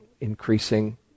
increasing